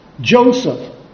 Joseph